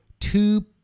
Two